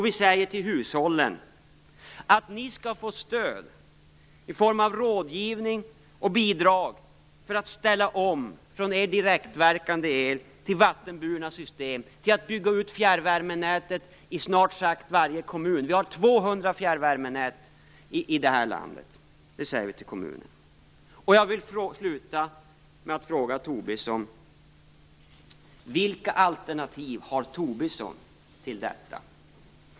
Vi säger till hushållen: Ni skall få stöd i form av rådgivning och bidrag för att ställa om från er direktverkande el till vattenburna system, till att bygga ut fjärrvärmenäten i snart sagt varje kommun. Det säger vi till kommunerna. Vi har 200 fjärrvärmenät i detta land. Jag skall sluta med att fråga Tobisson. Vilka alternativ har Tobisson till detta?